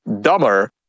dumber